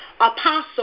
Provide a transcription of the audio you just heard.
Apostle